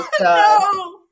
No